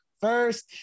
First